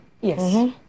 Yes